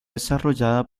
desarrollada